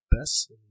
Best